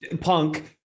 Punk